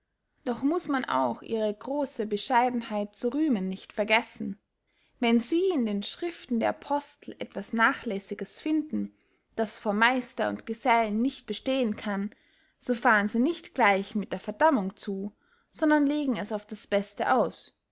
doch muß man auch ihre grosse bescheidenheit zu rühmen nicht vergessen wenn sie in den schriften der apostel etwas nachlässiges finden das vor meister und gesellen nicht bestehen kann so fahren sie nicht gleich mit der verdammung zu sondern legen es auf das beste aus